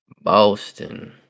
Boston